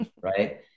Right